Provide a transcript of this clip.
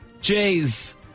Jay's